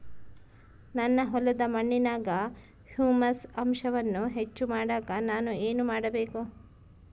ನನ್ನ ಹೊಲದ ಮಣ್ಣಿನಾಗ ಹ್ಯೂಮಸ್ ಅಂಶವನ್ನ ಹೆಚ್ಚು ಮಾಡಾಕ ನಾನು ಏನು ಮಾಡಬೇಕು?